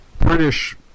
British